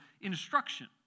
instruction